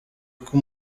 uko